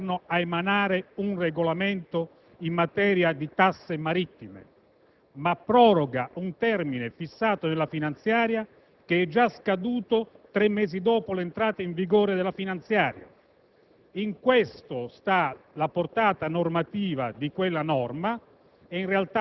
L'articolo 16 non autorizza il Governo a emanare un regolamento in materia di tasse marittime, ma proroga un termine fissato in finanziaria, già scaduto tre mesi dopo l'entrata in vigore della finanziaria